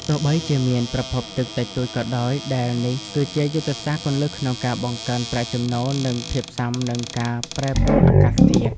ទោះបីជាមានប្រភពទឹកតិចតួចក៏ដោយ ដែលនេះគឺជាយុទ្ធសាស្ត្រគន្លឹះក្នុងការបង្កើនប្រាក់ចំណូល និងភាពស៊ាំនឹងការប្រែប្រួលអាកាសធាតុ។